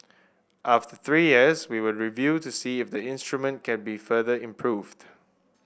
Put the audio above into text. after three years we would review to see if the instrument can be further improved